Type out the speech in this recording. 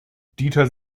dieter